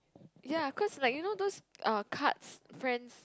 ya cause like you know those err cards friends